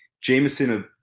Jameson